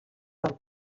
del